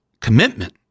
commitment